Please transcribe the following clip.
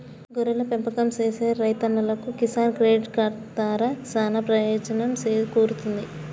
గొర్రెల పెంపకం సేసే రైతన్నలకు కిసాన్ క్రెడిట్ కార్డు దారా సానా పెయోజనం సేకూరుతుంది